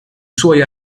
suoi